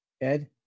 Ed